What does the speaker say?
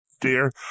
dear